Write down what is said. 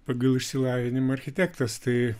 pagal išsilavinimą architektas tai